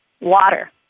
water